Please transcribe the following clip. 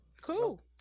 cool